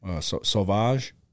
Sauvage